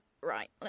right